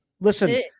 Listen